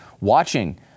watching